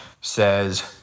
says